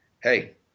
hey